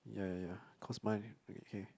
yeah yeah yeah cause mine red okay